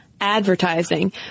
advertising